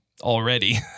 already